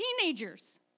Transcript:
teenagers